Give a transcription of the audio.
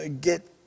get